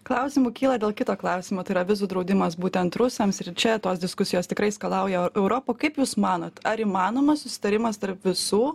klausimų kyla dėl kito klausimo tai yra vizų draudimas būtent rusams ir čia tos diskusijos tikrai skalauja europą kaip jūs manot ar įmanomas susitarimas tarp visų